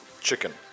Chicken